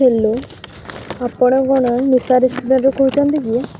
hello ଆପଣ କ'ଣ ନିଶା ରେଷ୍ଟୁରାଣ୍ଟ୍ରୁ କହୁଛନ୍ତି କି